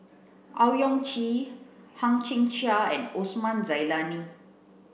Owyang Chi Hang Chang Chieh and Osman Zailani